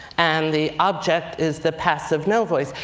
and the object is the passive no-voice.